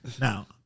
Now